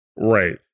Right